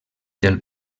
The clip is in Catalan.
del